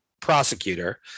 prosecutor